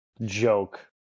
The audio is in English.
joke